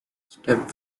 step